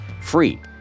free